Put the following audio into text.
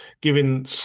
Giving